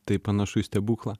tai panašu į stebuklą